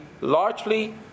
largely